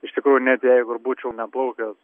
iš tikrųjų net jeigu ir būčiau neplaukęs